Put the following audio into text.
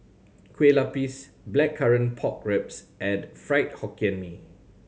Kueh Lapis Blackcurrant Pork Ribs and Fried Hokkien Mee